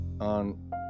on